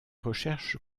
recherches